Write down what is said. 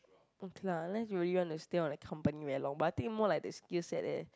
okay lah unless you really want to stay on a company very long but I think more like the skill set leh